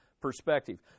perspective